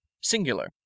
Singular